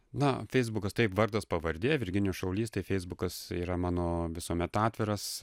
na feisbukas taip vardas pavardė virginijus šaulys tai feisbukas yra mano visuomet atviras